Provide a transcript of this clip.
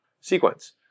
Sequence